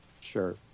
sure